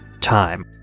time